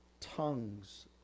tongues